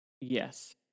yes